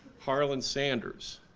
harland sanders.